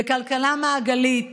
בכלכלה מעגלית